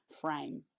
frame